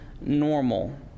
normal